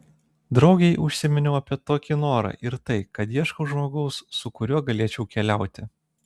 draugei užsiminiau apie tokį norą ir tai kad ieškau žmogaus su kuriuo galėčiau keliauti